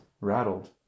rattled